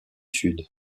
sud